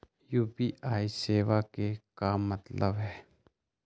UPI सेवा के का मतलब है?